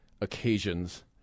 occasions